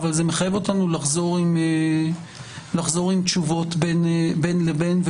אבל זה מחייב אותנו לחזור עם תשובות בין לבין.